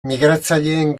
migratzaileen